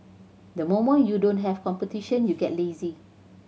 the moment you don't have competition you get lazy